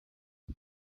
six